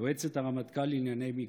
יועצת הרמטכ"ל לענייני מגדר.